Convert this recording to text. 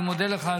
אני מודה לך,